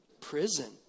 prison